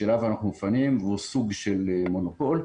אליו אנחנו מפנים והוא סוג של מונופול.